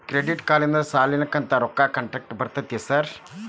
Credit ಕಾರ್ಡನಿಂದ ಸಾಲದ ಕಂತಿನ ರೊಕ್ಕಾ ಕಟ್ಟಾಕ್ ಬರ್ತಾದೇನ್ರಿ ಸಾರ್?